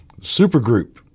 supergroup